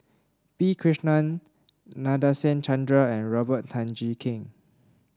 P Krishnan Nadasen Chandra and Robert Tan Jee Keng